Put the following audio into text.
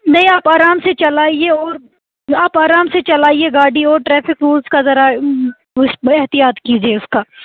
نہیں آپ آرام سے چلائیے اور آپ آرام سے چلائیے گاڑی ہو ٹریفک رولز کا ذرا احتیاط کیجیئے اس کا